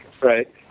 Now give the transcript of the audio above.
right